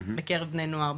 בקרב בני נוער,